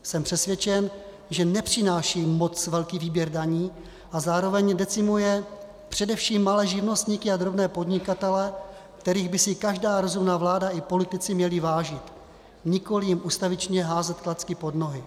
Jsem přesvědčen, že nepřináší moc velký výběr daní a zároveň decimuje především malé živnostníky a drobné podnikatele, kterých by si každá rozumná vláda i politici měli vážit, nikoliv jim ustavičně házet klacky pod nohy.